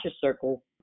Circle